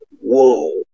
whoa